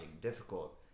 difficult